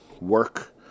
work